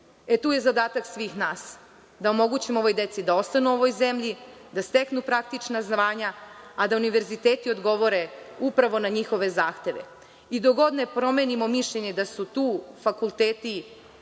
Tu je zadatak svih nas da omogućimo ovoj deci da ostanu u ovoj zemlji, da steknu praktična znanja, a da univerziteti odgovore na njihove zahteve. Dok god ne promenimo mišljenje da su tu studenti